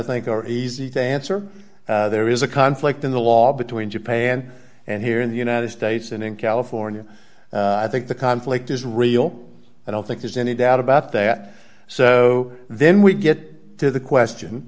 think are easy to answer there is a conflict in the law between japan and here in the united states and in california i think the conflict is real i don't think there's any doubt about that so then we get to the question